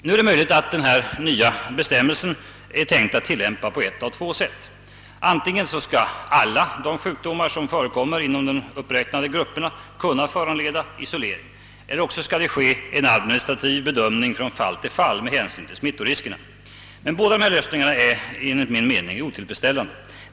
Det är möjligt att de nya bestämmelserna är tänkta att tillämpas på ett av två sätt: antingen skall alla de sjukdomar som förekommer inom de uppräknade grupperna kunna föranleda isolering, eller också skall det ske en bedömning från fall till fall med hänsyn till smittrisken. Båda dessa lösningar är enligt min mening otillfredsställande.